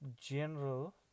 general